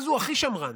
אז הוא הכי שמרן,